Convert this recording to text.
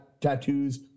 tattoos